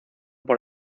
por